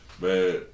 Man